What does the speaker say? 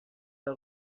del